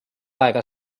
aega